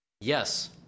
Yes